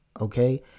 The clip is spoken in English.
okay